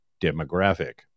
demographic